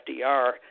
FDR